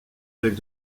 avec